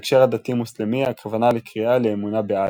בהקשר הדתי-מוסלמי הכוונה לקריאה לאמונה באללה.